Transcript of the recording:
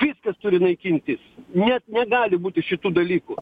viskas turi naikintis net negali būti šitų dalykų